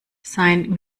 sein